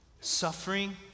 suffering